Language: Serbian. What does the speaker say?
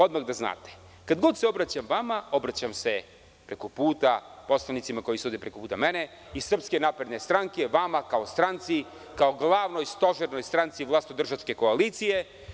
Odmah da znate, kad god se obraćam vama, obraćam se preko puta, poslanicima koji sede preko puta mene iz SNS, vama kao stranci, kao glavnoj, stožernoj stranci vlastodržačke koalicije.